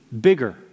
bigger